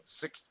six